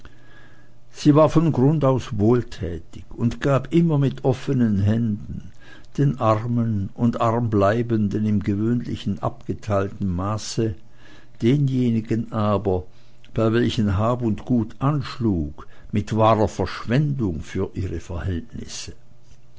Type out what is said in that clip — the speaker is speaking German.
sie war von grund aus wohltätig und gab immer mit offenen händen den armen und arm bleibenden im gewöhnlichen abgeteilten maße denjenigen aber bei welchen hab und gut anschlug mit wahrer verschwendung für ihre verhältnisse